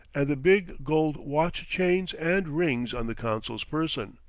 and the big gold watch-chains and rings on the consul's person.